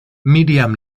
miriam